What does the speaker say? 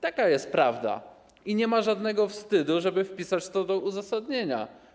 Taka jest prawda i nie ma żadnego wstydu, żeby wpisać to do uzasadnienia.